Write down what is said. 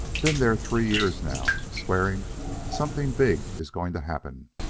been there three years now, swearing something big is going to happen,